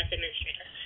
Administrator